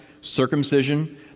circumcision